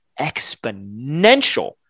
exponential